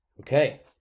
Okay